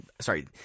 sorry